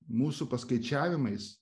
mūsų paskaičiavimais